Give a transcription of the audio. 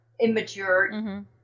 immature